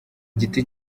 giti